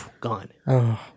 gone